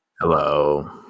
hello